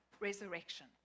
resurrection